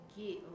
get